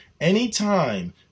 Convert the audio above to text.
Anytime